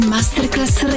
Masterclass